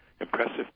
impressive